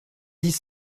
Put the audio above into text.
dix